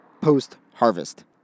post-harvest